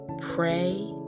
pray